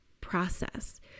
process